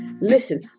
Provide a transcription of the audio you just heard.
Listen